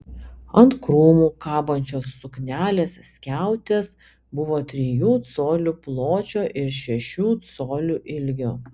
ant krūmų kabančios suknelės skiautės buvo trijų colių pločio ir šešių colių ilgio